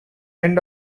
end